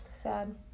sad